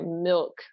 milk